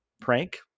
Prank